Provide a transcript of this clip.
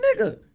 nigga